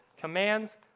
commands